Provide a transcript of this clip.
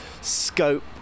scope